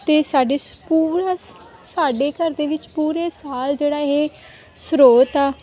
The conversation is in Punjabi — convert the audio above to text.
ਅਤੇ ਸਾਡੇ ਸਕੂਲ ਸਾਡੇ ਘਰ ਦੇ ਵਿੱਚ ਪੂਰੇ ਸਾਲ ਜਿਹੜਾ ਇਹ ਸਰੋਤ ਆ